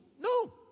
no